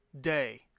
day